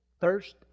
thirst